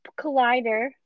Collider